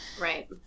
right